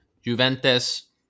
juventus